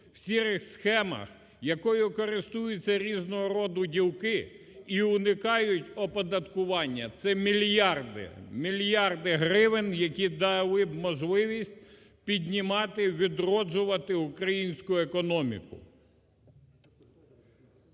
в "сірих схемах", якою користуються різного роду ділки і уникають оподаткування. Це мільярди, мільярди гривень, які дали б можливість піднімати, відроджувати українську економіку.